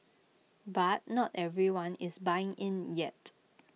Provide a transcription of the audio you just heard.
but not everyone is buying in yet